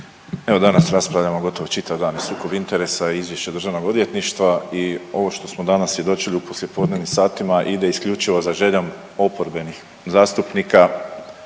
evo danas raspravljamo gotovo čitav dan i o sukobu interesa i izvješće državnog odvjetništva i ovo što smo danas svjedočili u poslijepodnevnim satima ide isključivo za željom oporbenih zastupnika